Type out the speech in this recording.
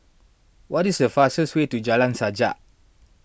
what is the fastest way to Jalan Sajak